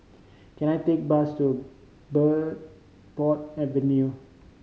can I take bus to Bridport Avenue